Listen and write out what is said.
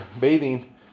bathing